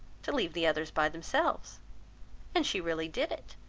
to leave the others by themselves and she really did it,